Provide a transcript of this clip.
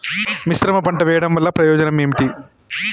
మిశ్రమ పంట వెయ్యడం వల్ల ప్రయోజనం ఏమిటి?